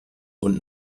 und